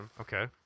okay